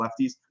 lefties